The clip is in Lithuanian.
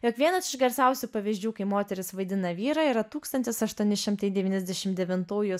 jog vienas iš garsiausių pavyzdžių kai moteris vaidina vyrą yra tūkstantis aštuoni šimtai devyniasdešim devintųjų